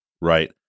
Right